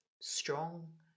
strong